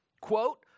quote